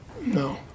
No